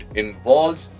involves